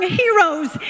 heroes